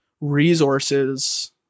resources